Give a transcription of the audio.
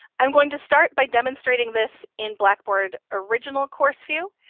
i'm going to start by demonstrating this in blackboard original course view,